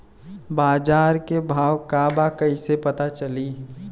बाजार के भाव का बा कईसे पता चली?